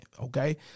okay